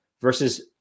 versus